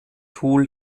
tool